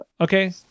Okay